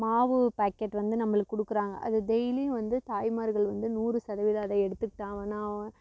மாவு பாக்கெட் வந்து நம்மளுக்கு கொடுக்குறாங்க அது டெய்லியும் வந்து தாய்மார்கள் வந்து நூறு சதவீதம் அதை எடுத்துக்கிட்டாங்கன்னால்